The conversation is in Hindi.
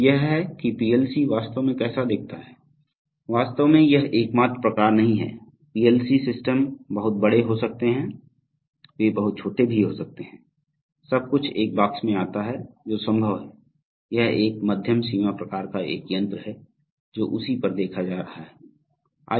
तो यह है कि पीएलसी वास्तव में कैसा दिखता है वास्तव में यह एकमात्र प्रकार नहीं है पीएलसी सिस्टम बहुत बड़े हो सकते हैं वे बहुत छोटे भी हो सकते हैं सब कुछ एक बॉक्स में आता है जो संभव है यह एक मध्यम सीमा प्रकार का एक यन्त्र है तो उसी पर देखा जा रहा है